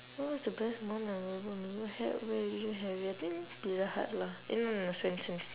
what's the best most memorable meal you ever had where did you have it I think pizza hut lah eh no no swensen's